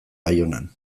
baionan